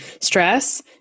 Stress